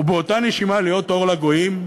ובאותה נשימה להיות אור לגויים,